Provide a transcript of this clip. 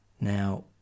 now